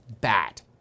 bad